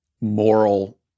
moral